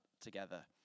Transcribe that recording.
together